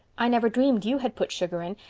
i never dreamed you had put sugar in,